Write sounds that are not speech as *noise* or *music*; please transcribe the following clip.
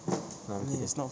*noise* no I'm kidding